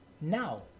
Now